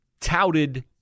touted